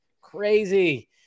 Crazy